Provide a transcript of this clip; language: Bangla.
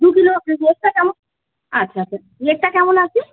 দু কিলো রেটটা কেমন আচ্ছা আচ্ছা রেটটা কেমন আছে